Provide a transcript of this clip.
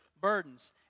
burdens